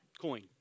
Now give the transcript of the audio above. coin